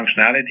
functionality